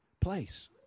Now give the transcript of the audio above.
place